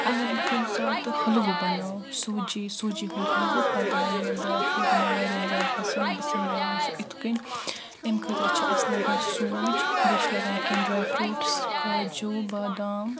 اگر بہٕ کُنہِ ساتہٕ حلوٕ بناو سوٗجی سوٗجی ہُنٛد حلوٕ پتہٕ ونہِ مےٚ بیٛاکھ یہِ گوٚو مےٚ واریاہ زیادٕ پسنٛد بہٕ سمجاون سُہ اِتھ کٔنۍ امہِ خٲطرٕ چھُ اسہِ لگان سوٗجۍ بیٚیہِ چھِ لگان کینٛہہ ڈراے فروٗٹس کاجوٗ بادام